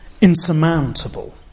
insurmountable